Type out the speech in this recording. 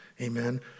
Amen